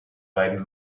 beiden